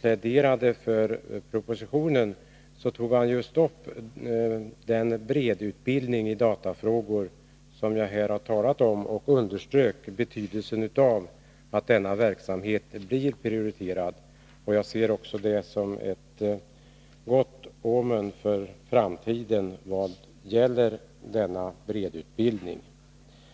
pläderade för propositionen, så tog han upp frågan om breddutbildningen i datafrågor, som jag har talat om, och underströk betydelsen av att denna verksamhet blir prioriterad. Jag ser det som ett gott omen för framtiden vad gäller denna breddutbildning.